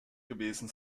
gewesen